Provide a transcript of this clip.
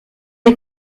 est